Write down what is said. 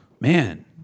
Man